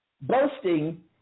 Boasting